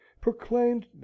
proclaimed